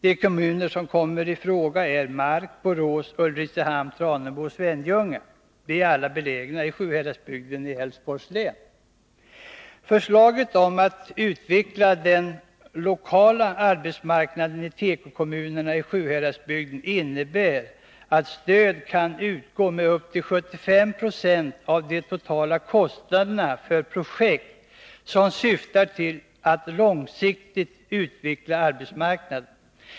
De kommuner som kommer i fråga är Marks, Borås, Ulricehamns, Tranemo och Svenljunga kommuner. De är alla belägna i Sjuhäradsbygden i Älvsborgs län. Förslaget om att utveckla den lokala arbetsmarknaden i tekokommunerna i Sjuhäradsbygden innebär att stöd kan utgå med upp till 75 90 av de totala kostnaderna för projekt som syftar till att långsiktigt utveckla arbetsmarknaden.